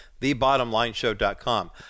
thebottomlineshow.com